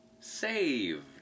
Saved